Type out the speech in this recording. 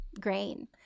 grain